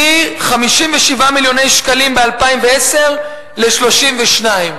מ-57 מיליוני שקלים ב-2010 ל-32.